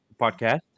podcast